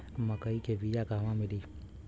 मक्कई के बिया क़हवा मिली?